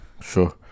sure